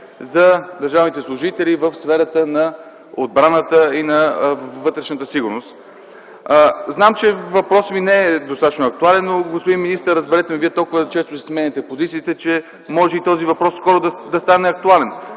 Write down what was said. за държавните служители в сферата на държавата и вътрешната сигурност. Знам, че въпросът ми не е достатъчно актуален, но, господин министър, разберете ме, Вие толкова често си сменяте позицията, че може този въпрос скоро да стане актуален.